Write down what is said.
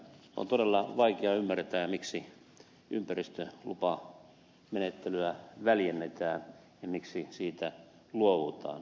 on todella vaikea ymmärtää miksi ympäristölupamenettelyä väljennetään ja miksi siitä luovutaan